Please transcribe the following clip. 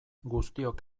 guztiok